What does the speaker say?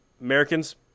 Americans